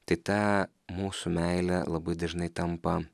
tai ta mūsų meilė labai dažnai tampa